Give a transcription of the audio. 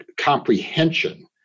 comprehension